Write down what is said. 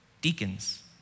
deacons